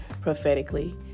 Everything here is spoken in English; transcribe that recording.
prophetically